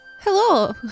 Hello